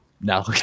No